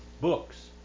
books